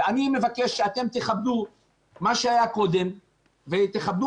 ואני מבקש שאתם תכבדו מה שהיה קודם ותכבדו